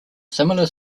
similar